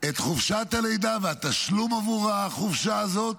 את חופשת הלידה והתשלום עבור החופשה הזאת,